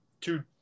two